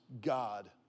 God